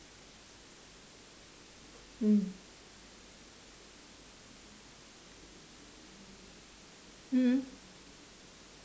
mm mm